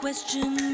Question